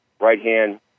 Right-hand